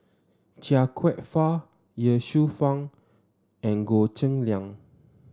Chia Kwek Fah Ye Shufang and Goh Cheng Liang